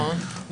נכון.